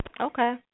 Okay